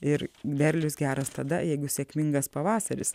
ir derlius geras tada jeigu sėkmingas pavasaris